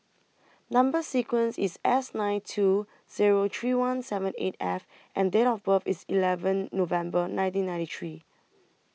Number sequence IS S nine two Zero three one seven eight F and Date of birth IS eleven November nineteen ninety three